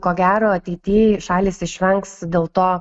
ko gero ateity šalys išvengs dėl to